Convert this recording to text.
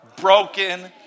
broken